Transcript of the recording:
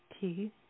two